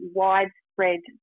widespread